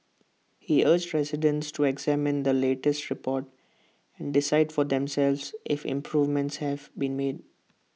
he urged residents to examine the latest report and decide for themselves if improvements have been made